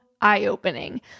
eye-opening